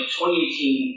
2018